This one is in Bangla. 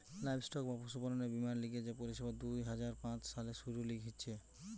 লাইভস্টক বা পশুপালনের বীমার লিগে যে পরিষেবা দুই হাজার পাঁচ সালে শুরু হিছে